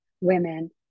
women